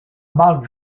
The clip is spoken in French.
marc